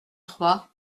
trois